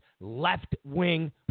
left-wing